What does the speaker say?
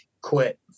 quit